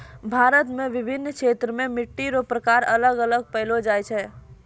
भारत मे विभिन्न क्षेत्र मे मट्टी रो प्रकार अलग अलग पैलो जाय छै